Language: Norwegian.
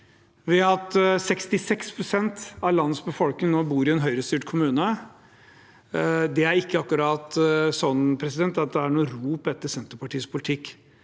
pst. av landets befolkning nå bor i en Høyre-styrt kommune. Det er ikke akkurat noe rop etter Senterpartiets politikk.